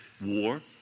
war